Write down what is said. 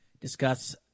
discuss